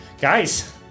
Guys